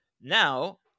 now